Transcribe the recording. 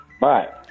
Bye